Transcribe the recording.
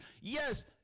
Yes